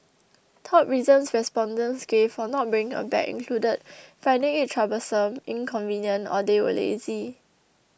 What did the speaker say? top reasons respondents gave for not bringing a bag included finding it troublesome inconvenient or they were lazy